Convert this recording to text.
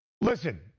Listen